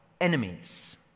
enemies